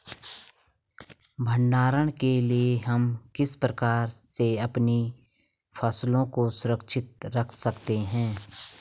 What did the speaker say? भंडारण के लिए हम किस प्रकार से अपनी फसलों को सुरक्षित रख सकते हैं?